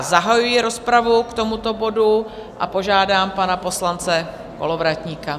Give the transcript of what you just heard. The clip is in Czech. Zahajuji rozpravu k tomuto bodu a požádám pana poslance Kolovratníka.